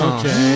Okay